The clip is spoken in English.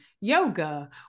yoga